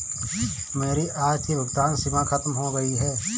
मेरी आज की भुगतान सीमा खत्म हो गई है